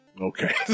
Okay